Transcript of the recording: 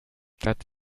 that